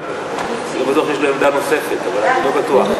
לפי התקנונים,